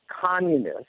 communist